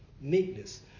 Meekness